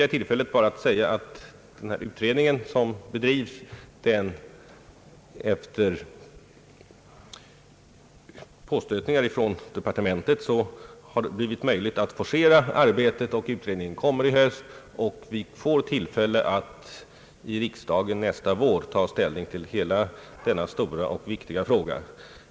Jag vill utnyttja detta tillfälle till att säga att det efter påstötningar från departementet har blivit möjligt att forcera arbetet med utredningen. Den kommer i höst, och vi får tillfälle att i riksdagen nästa vår ta ställning till hela denna stora och viktiga fråga.